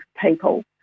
people